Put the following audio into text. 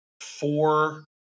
four